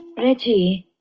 reggie!